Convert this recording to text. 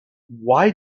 why